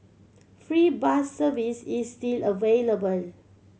free bus service is still available